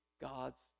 God's